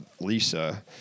Lisa